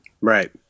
Right